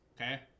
Okay